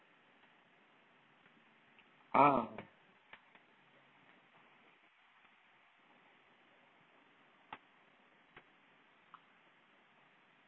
ah